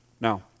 Now